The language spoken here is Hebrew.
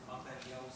אמרת אליהו.